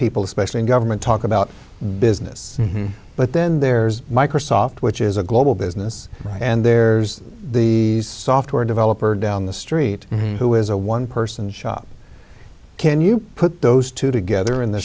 people especially in government talk about business but then there's microsoft which is a global business right and there's the software developer down the street who is a one person shop can you put those two together in the